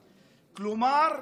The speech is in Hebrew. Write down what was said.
כלומר,